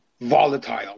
volatile